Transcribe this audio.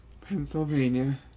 Pennsylvania